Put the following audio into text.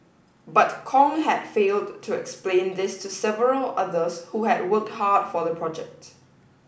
but Kong had failed to explain this to several others who had worked hard for the project